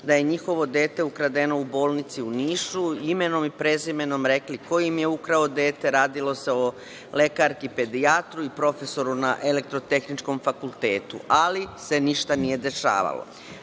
da je njihovo dete ukradeno u bolnici u Nišu, imenom i prezimenom rekli ko im je ukrao dete. Radilo se o lekarki pedijatru i profesoru na Elektrotehničkom fakultetu, ali se ništa nije dešavalo. Nažalost,